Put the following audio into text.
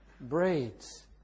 braids